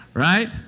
Right